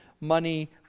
money